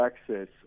access